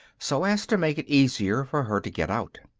so as to make it easier for her to get out.